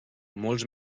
molts